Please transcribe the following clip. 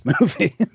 movie